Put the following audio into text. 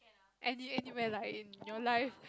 any any where lah in your life